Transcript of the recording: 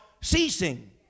ceasing